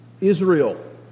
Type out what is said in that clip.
Israel